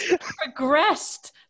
progressed